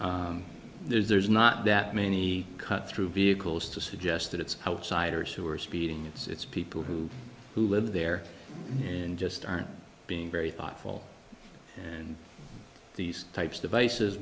are there's not that many cut through vehicles to suggest that it's outsiders who are speeding it's people who who live there and just aren't being very thoughtful and these types devices